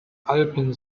alpen